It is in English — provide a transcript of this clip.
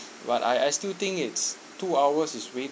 but I I still think it's two hours is ready